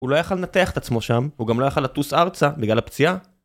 הוא לא יכול לנתח את עצמו שם, הוא גם לא יכול לטוס ארצה בגלל הפציעה?